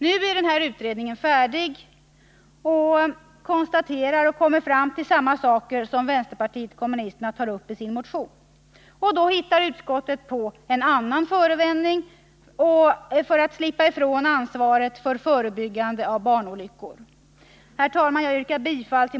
Nu är utredningen färdig, och den har kommit fram till samma saker som vpk-motionen tar upp. Då hittar utskottet på en annan förevändning för att slippa ifrån ansvaret för förebyggande av barnolyckor.